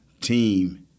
team